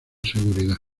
seguridad